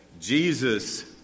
Jesus